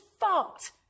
fart